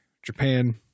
Japan